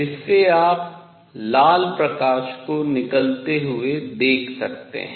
जिससे आप लाल प्रकाश को निकलते हुए देख सकते हैं